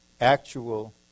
actual